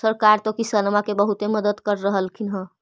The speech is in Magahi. सरकार तो किसानमा के बहुते मदद कर रहल्खिन ह?